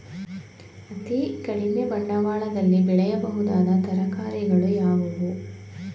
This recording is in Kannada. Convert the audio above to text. ಅತೀ ಕಡಿಮೆ ಬಂಡವಾಳದಲ್ಲಿ ಬೆಳೆಯಬಹುದಾದ ತರಕಾರಿಗಳು ಯಾವುವು?